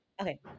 Okay